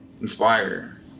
inspire